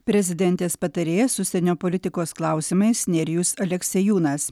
prezidentės patarėjas užsienio politikos klausimais nerijus aleksiejūnas